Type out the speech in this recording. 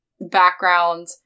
background